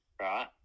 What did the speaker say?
Right